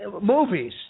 Movies